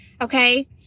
Okay